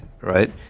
right